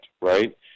right